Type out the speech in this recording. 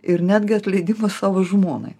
ir netgi atleidimą savo žmonai